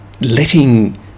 letting